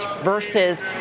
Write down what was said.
versus